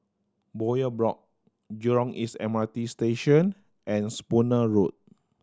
Bowyer Block Jurong East M R T Station and Spooner Road